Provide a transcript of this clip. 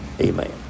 Amen